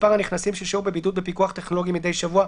מספר הנכנסים ששהו בבידוד בפיקוח טכנולוגי מדי שבוע,